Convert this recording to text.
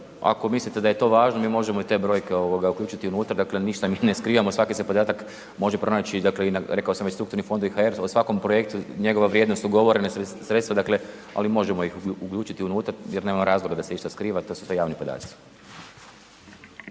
ako mislite da je to važno, mi možemo i te brojke uključiti unutra, dakle ništa mi ne skrivamo, svaki se podatak može pronaći i na rekao sam već strukturnifondovi.hr o svakom projektu njegova vrijednost ugovorena sredstva ali možemo ih uključiti unutra jer nema razloga da se išta skriva, to su sve javni podaci.